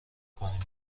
کنیم